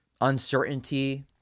uncertainty